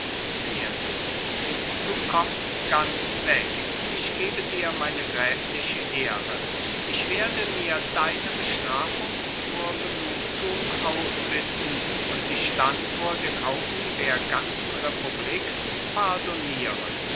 du kommst ganz weg ich gebe dir meine gräfliche ehre ich werde mir deine bestrafung zur genugtuung ausbitten und dich dann vor den augen der ganzen republik pardonnieren